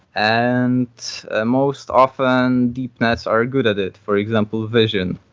and ah most often, deep nets are good at it. for example vision,